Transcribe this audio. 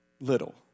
little